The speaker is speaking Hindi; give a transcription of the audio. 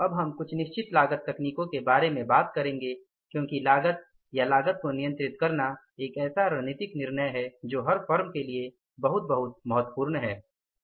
अब हम कुछ निश्चित लागत तकनीकों के बारे में बात करेंगे क्योंकि लागत या लागत को नियंत्रित करना एक ऐसा रणनीतिक निर्णय है जो हर फर्म के लिए बहुत बहुत महत्वपूर्ण है